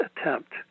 attempt